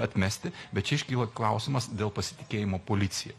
atmesti bet čia iškyla klausimas dėl pasitikėjimo policija